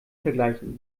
vergleichen